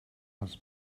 els